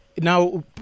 now